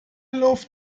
loved